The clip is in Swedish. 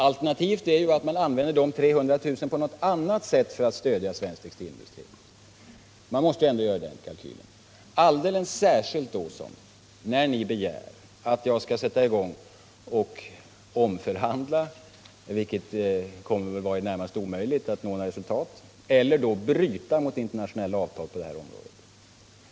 Alternativet är ju att man använder dessa 300 000 kr. för att på annat sätt stödja svensk textilindustri. Man måste ändå göra den kalkylen. Ni begär att jag skall sätta i gång och omförhandla — och det kommer att vara i det närmaste omöjligt att nå några resultat av detta — eller bryta mot internationella avtal på det här området.